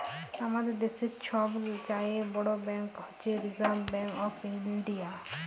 আমাদের দ্যাশের ছব চাঁয়ে বড় ব্যাংক হছে রিসার্ভ ব্যাংক অফ ইলডিয়া